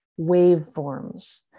waveforms